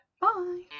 Bye